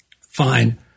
Fine